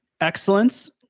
Excellence